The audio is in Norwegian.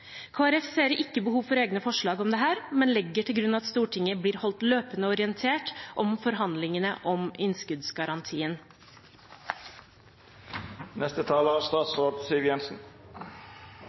ser ikke behov for egne forslag om dette, men legger til grunn at Stortinget blir holdt løpende orientert om forhandlingene om